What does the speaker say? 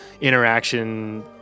interaction